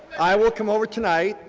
i will come over tonight,